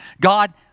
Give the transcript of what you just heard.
God